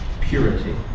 purity